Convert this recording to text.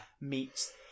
meets